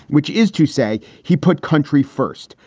which is to say, he put country first.